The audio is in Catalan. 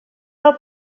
del